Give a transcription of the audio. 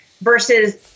versus